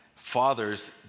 Fathers